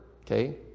okay